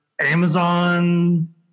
Amazon